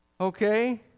Okay